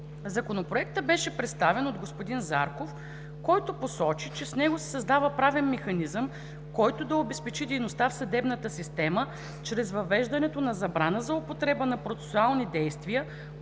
Законопроектът беше представен от господин Зарков. Той посочи, че с него се създава правен механизъм, който да обезпечи дейността в съдебната система чрез въвеждането на забрана за употреба на процесуални действия,